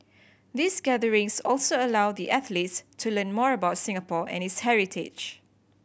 these gatherings also allow the athletes to learn more about Singapore and its heritage